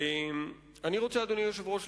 אדוני היושב-ראש,